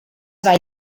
vai